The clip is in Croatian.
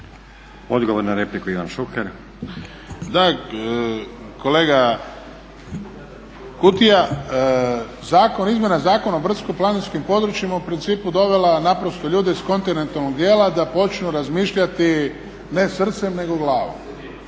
Odgovor na repliku Ivan Šuker. **Šuker, Ivan (HDZ)** Kolega Kutija, Zakon o izmjenama zakona o brdsko-planinskim područjima u principu dovela je naprosto ljude iz kontinentalnog dijela da počnu razmišljati ne srcem nego glavom.